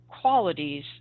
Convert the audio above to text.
qualities